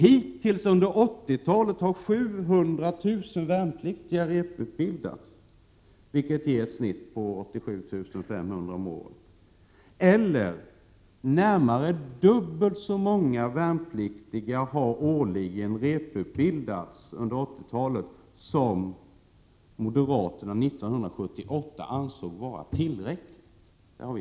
Hittills under 80-talet har 700 000 värnpliktiga repetitionsutbildats, vilket ger ett snitt på 87 500 om året. Dubbelt så många värnpliktiga årligen har repetitionsutbildats under 80-talet som moderaterna år 1978/79 ansåg vara tillräckligt.